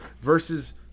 versus